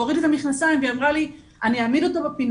או הוריד לי את המכנסיים והיא אמרה לי 'אני אעמיד אותו בפינה,